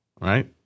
right